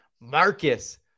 Marcus